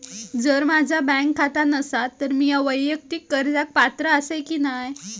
जर माझा बँक खाता नसात तर मीया वैयक्तिक कर्जाक पात्र आसय की नाय?